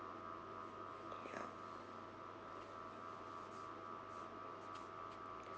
yeah